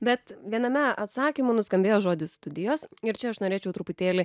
bet viename atsakymų nuskambėjo žodis studijos ir čia aš norėčiau truputėlį